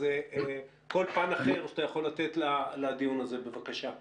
א6ז כל פן אחר שאתה יכול לתת לדיון הזה, בבקשה.